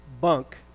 bunk